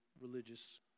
religious